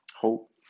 hope